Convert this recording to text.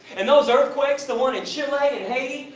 and those earthquakes. the one in chile, and haiti.